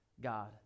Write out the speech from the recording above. God